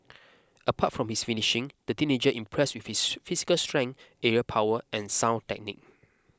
apart from his finishing the teenager impressed with his physical strength aerial power and sound technique